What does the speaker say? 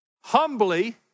humbly